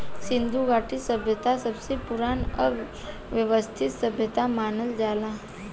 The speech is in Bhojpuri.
सिन्धु घाटी सभ्यता सबसे पुरान आ वयवस्थित सभ्यता मानल जाला